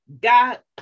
God